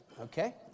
Okay